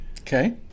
Okay